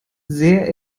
sehr